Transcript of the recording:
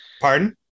Pardon